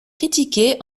critiqué